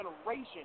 generation